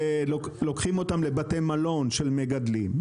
לבתי מלון של מגדלים.